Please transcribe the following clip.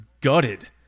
gutted